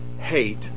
hate